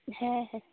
ᱦᱮᱸ ᱦᱮᱸ